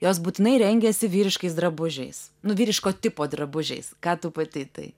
jos būtinai rengiasi vyriškais drabužiais nu vyriško tipo drabužiais ką tu pati į tai